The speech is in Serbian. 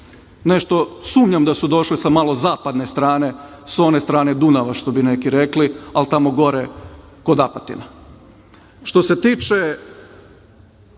nešto sumnjam da su došle sa malo zapadne strane, sa one strane Dunava što bi neki rekli, ali tamo gore kod Apatina. Što se tiče